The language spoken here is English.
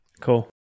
Cool